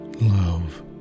love